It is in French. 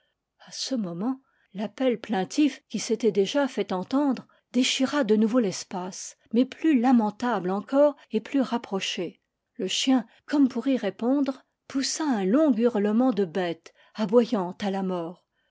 ce moment l'appel plaintif qui s'était déjà fait entendre déchira de nouveau l'espace mais plus lamentable encore et plus rapproché le chien comme pour y répondre poussa un long hurlement de bête aboyant à la mort